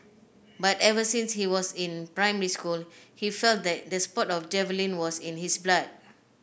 but ever since he was in primary school he felt that the sport of javelin was in his blood